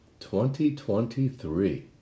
2023